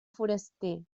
foraster